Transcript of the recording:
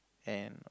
am